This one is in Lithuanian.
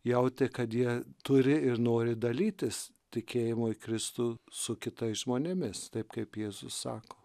jautė kad jie turi ir nori dalytis tikėjimu į kristų su kitais žmonėmis taip kaip jėzus sako